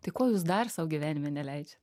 tai ko jūs dar sau gyvenime neleidžiat